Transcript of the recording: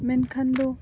ᱢᱮᱱᱠᱷᱟᱱ ᱫᱚ